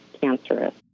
cancerous